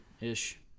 ish